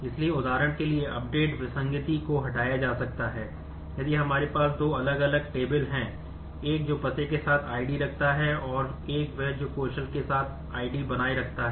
इसलिए इस संकल्प स्कीमा हैं एक जो पते के साथ ID रखता है और एक वह जो कौशल के साथ ID बनाए रखता है